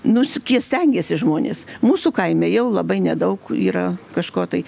nors stengiasi žmonės mūsų kaime jau labai nedaug yra kažko tai